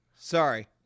Sorry